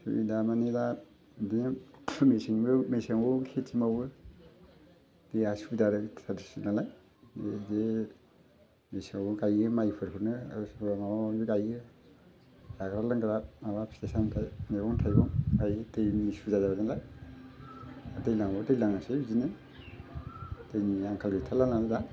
दा माने दा बे मेसेङावबो खेथि मावो दैया सुबिदा नालाय बिदि मेसेङावबो गायो माइफोरखौनो आरो सोरबा माबा माबि गायो आरो जाग्रा लोंग्रा माबा फिथाइ सामथाइ मैगं थाइगं गायो दैनि सुबिदा जाबाय नालाय दैज्लाङाव दै नाङासै बिदिनो दैनि आंखाल गैथारला नालाय दा